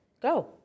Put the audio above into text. Go